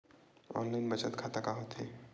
Online बचत खाता का होथे?